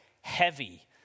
heavy